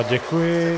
Děkuji.